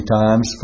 times